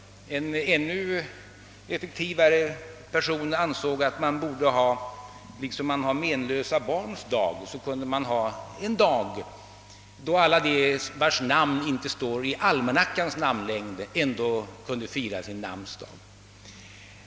Och en ännu effektivare person ansåg att man, liksom man har t.ex. Menlösa barns dag, borde ha en dag då alla, vilkas namn inte står i almanackans namnlängd, kunde fira sin namnsdag.